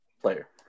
player